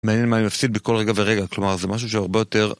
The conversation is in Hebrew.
מעניין מה יפסיד בכל רגע ורגע, כלומר זה משהו שהרבה יותר...